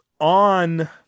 on